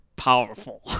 Powerful